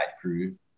crew